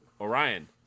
orion